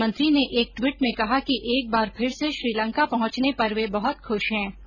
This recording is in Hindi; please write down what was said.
प्रधानमंत्री ने एक ट्वीट में कहा कि एक बार फिर से श्रीलंका पहुंचने पर वे बहत ख्श हैं